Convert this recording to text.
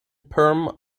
perm